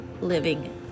Living